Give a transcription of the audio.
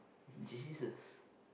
jesus